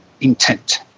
intent